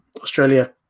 Australia